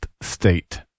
state